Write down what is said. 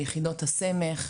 ביחידות הסמך,